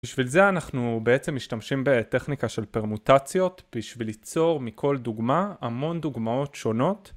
בשביל זה אנחנו בעצם משתמשים בטכניקה של פרמוטציות בשביל ליצור מכל דוגמה המון דוגמאות שונות